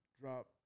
drop